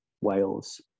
Wales